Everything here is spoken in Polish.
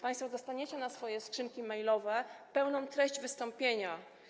Państwo dostaniecie na swoje skrzynki mailowe pełną treść wystąpienia.